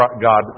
God